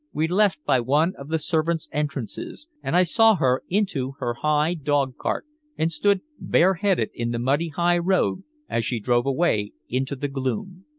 we left by one of the servants' entrances, and i saw her into her high dog-cart and stood bareheaded in the muddy high-road as she drove away into the gloom.